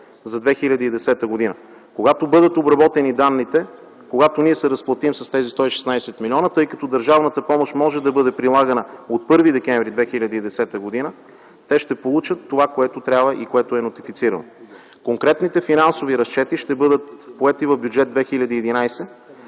за 2010 г. Когато бъдат обработени данните, когато ние се разплатим с тези 116 милиона, тъй като държавната помощ може да бъде прилагана от 1 декември 2010 г., те ще получат това, което трябва и това, което е нотифицирано. Конкретните финансови разчети ще бъдат поети в Бюджет 2011,